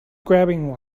grabbing